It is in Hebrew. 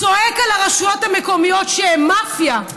צועק על הרשויות המקומיות שהן מאפיה.